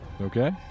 Okay